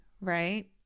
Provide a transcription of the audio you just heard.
right